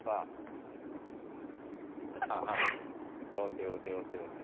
ആ ആ ആ ഓക്കെ ഓക്കെ ഓക്കെ ഓക്കെ